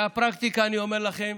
מהפרקטיקה אני אומר לכם,